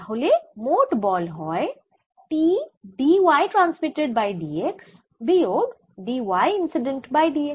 তাহলে মোট বল হয় T d y transmitted by d x বিয়োগ d y incident by d x